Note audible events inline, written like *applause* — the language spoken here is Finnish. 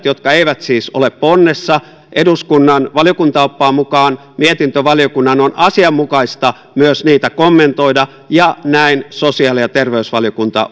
*unintelligible* jotka eivät siis ole ponnessa eduskunnan valiokuntaoppaan mukaan mietintövaliokunnan on asianmukaista myös kommentoida ja näin sosiaali ja terveysvaliokunta *unintelligible*